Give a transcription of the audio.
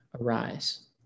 arise